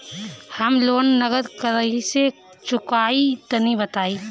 हम लोन नगद कइसे चूकाई तनि बताईं?